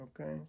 Okay